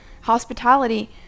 Hospitality